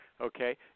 okay